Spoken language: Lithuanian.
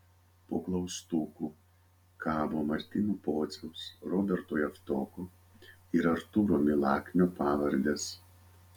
po klaustuku kabo martyno pociaus roberto javtoko ir artūro milaknio pavardės